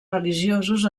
religiosos